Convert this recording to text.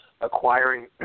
acquiring